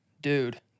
dude